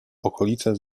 okolicę